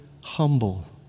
humble